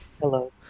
Hello